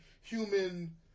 human